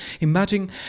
imagine